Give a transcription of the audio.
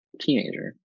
teenager